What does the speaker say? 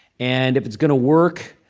and if it's going to work,